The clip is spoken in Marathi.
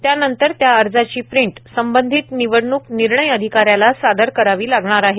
त्यानंतर त्या अर्जाची प्रिंट संबधित निवडणूक निर्णय अधिकाऱ्याला सादर करावी लागणार आहे